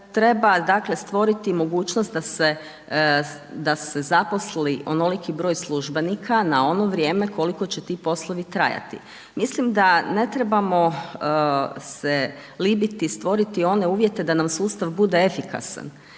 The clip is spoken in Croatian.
dakle, stvoriti mogućnost da se zaposli onoliki broj službenika na ono vrijeme koliko će ti poslovi trajati. Mislim da ne trebamo se libiti stvoriti one uvjete da nam sustav bude efikasna.